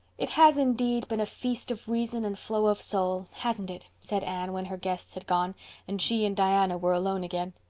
it has indeed been a feast of reason and flow of soul, hasn't it? said anne, when her guests had gone and she and diana were alone again.